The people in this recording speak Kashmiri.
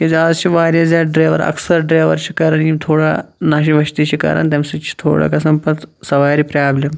تکیاز آز چھِ واریاہ زیادٕ ڈرَیوَر اکثَر ڈرَیوَر چھِ کَران یہِ تھوڑا نَشہِ وَشہِ تہِ چھِ کران تمہِ سۭتۍ چھِ تھوڑا گَژھان پَتہٕ سَوارِ پرابلم